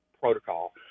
protocol